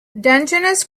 dungeness